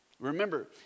Remember